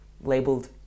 labeled